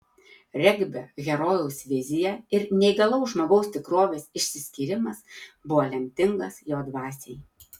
regbio herojaus vizija ir neįgalaus žmogaus tikrovės išsiskyrimas buvo lemtingas jo dvasiai